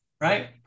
Right